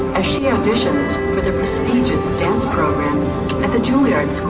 as she auditions for the prestigious dance program at the juilliard school